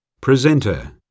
Presenter